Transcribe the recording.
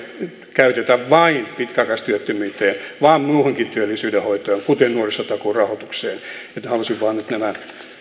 käytetä vain pitkäaikaistyöttömyyteen vaan muuhunkin työllisyyden hoitoon kuten nuorisotakuun rahoitukseen halusin vain nyt nämä